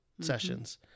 sessions